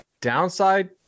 downside